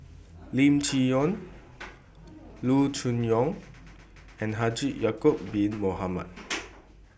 Lim Chee Onn Loo Choon Yong and Haji Ya'Acob Bin Mohamed